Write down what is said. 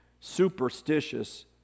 superstitious